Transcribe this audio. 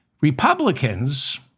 Republicans